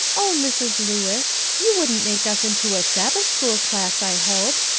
oh, mrs. lewis! you wouldn't make us into a sabbath-school class, i hope,